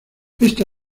esta